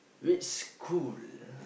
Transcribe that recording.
which school